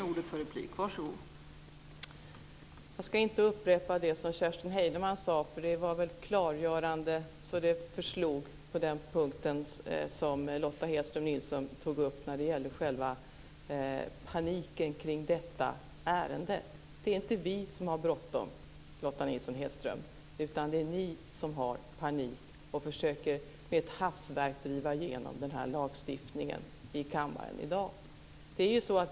Fru talman! Jag ska inte upprepa det som Kerstin Heinemann sade, för det var väl klargörande så det förslår vad gäller den punkt som Lotta Nilsson Hedström tog upp kring paniken i detta ärende. Men det är inte vi som har bråttom, Lotta Nilsson Hedström, utan det är ni som har panik och som med ett hastverk försöker driva igenom denna lagstiftning här i kammaren i dag.